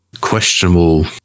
questionable